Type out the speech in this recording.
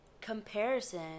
Comparison